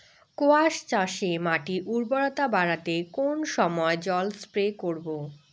কোয়াস চাষে মাটির উর্বরতা বাড়াতে কোন সময় জল স্প্রে করব?